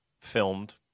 filmed